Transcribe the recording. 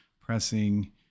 pressing